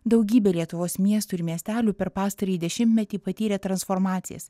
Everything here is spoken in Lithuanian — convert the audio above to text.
daugybė lietuvos miestų ir miestelių per pastarąjį dešimtmetį patyrė transformacijas